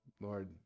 Lord